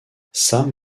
sam